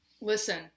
Listen